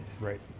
Right